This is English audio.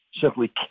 simply